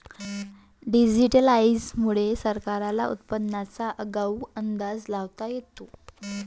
digitisation मुळे सरकारला उत्पादनाचा आगाऊ अंदाज लावता येतो